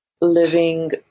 living